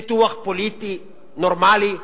ניתוח פוליטי, נורמלי,